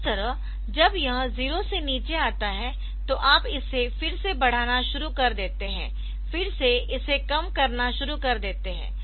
इस तरह जब यह 0 से नीचे आता है तो आप इसे फिर से बढ़ाना शुरू कर देते है फिर से इसे कम करना शुरू कर देते है